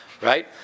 right